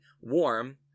warm